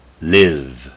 live